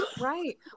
right